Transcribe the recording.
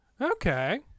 okay